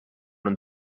han